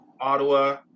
Ottawa